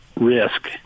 risk